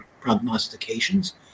prognostications